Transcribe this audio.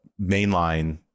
mainline